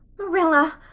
marilla,